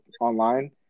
online